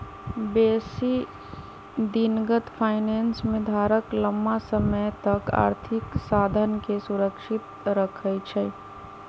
बेशी दिनगत फाइनेंस में धारक लम्मा समय तक आर्थिक साधनके सुरक्षित रखइ छइ